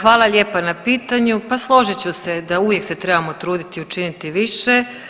Hvala lijepo na pitanju, pa složit ću se da uvijek se trebamo truditi učiniti više.